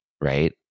right